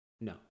no